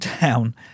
down